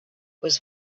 was